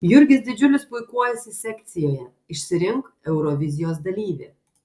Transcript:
jurgis didžiulis puikuojasi sekcijoje išsirink eurovizijos dalyvį